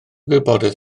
gwybodaeth